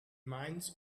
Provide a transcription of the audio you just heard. mainz